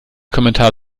kommentar